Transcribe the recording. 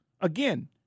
again